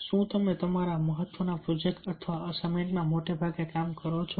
શું તમે તમારા મહત્વના પ્રોજેક્ટ અથવા અસાઇનમેન્ટમાં મોટાભાગે કામ કરો છો